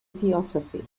theosophy